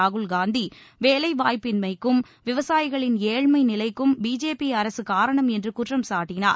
ராகுல்காந்தி வேலைவாய்ப்பின்மைக்கும் விவசாயிகளின் ஏழ்மை நிலைக்கும் பிஜேபி அரசு காரணம் என்று குற்றம் சாட்டினார்